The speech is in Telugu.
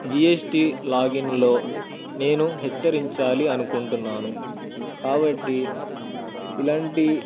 జీ ఎస్ టీ లాగిన్లో నేను హెచ్చరించాలి అనుకుంటున్నాను కాబట్టి ఇలాంటి